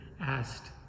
asked